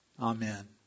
Amen